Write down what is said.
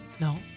No